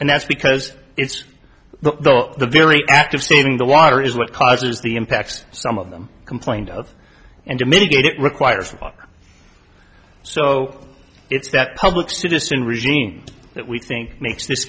and that's because it's the well the very act of saving the water is what causes the impacts some of them complained of and to mitigate it requires so it's that public citizen regime that we think makes this